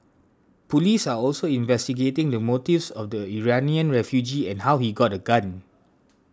police are also investigating the motives of the Iranian refugee and how he got a gun